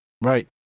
Right